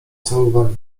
całowali